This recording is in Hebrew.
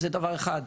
זה דבר אחד.